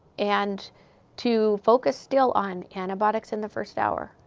and to focus, still, on antibiotics in the first hour.